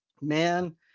man